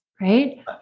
right